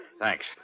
Thanks